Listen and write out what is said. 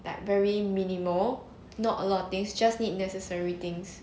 like very minimal not a lot of things just need necessary things